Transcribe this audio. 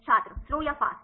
छात्र स्लो या फ़ास्ट